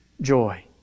joy